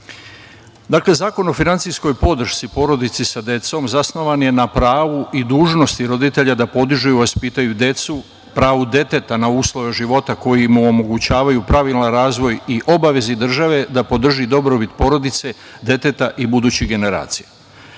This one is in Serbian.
Zakon o finansijskoj podršci porodici sa decom zasnovan je na pravu i dužnosti roditelja da podižu i vaspitaju decu, pravu deteta na uslove živote koji mu omogućavaju pravilan razvoj i obavezu države da podrži dobrobit porodice, deteta i budućih generacija. Odredbe